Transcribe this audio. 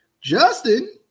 Justin